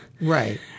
Right